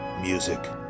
Music